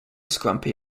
scrumpy